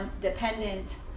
dependent